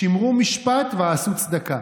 "שמרו משפט ועשו צדקה".